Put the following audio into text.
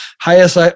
highest